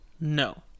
No